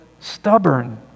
stubborn